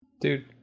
dude